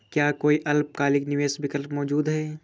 क्या कोई अल्पकालिक निवेश विकल्प मौजूद है?